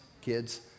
kids